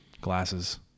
glasses